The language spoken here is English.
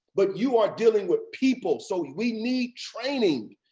but you are dealing with people. so we need training.